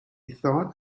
thought